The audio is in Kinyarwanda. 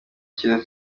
cyiza